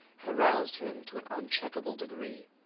had aroused him to an uncheckable degree.